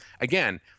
again